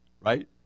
right